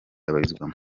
abarizwamo